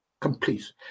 Complete